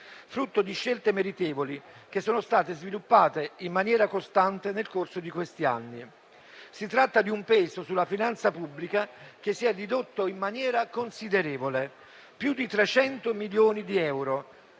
frutto di scelte meritevoli, che sono state sviluppate in maniera costante nel corso di questi anni. Si tratta di un peso sulla finanza pubblica che si è ridotto in maniera considerevole (per più di 300 milioni di euro):